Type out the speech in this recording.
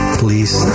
please